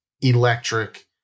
electric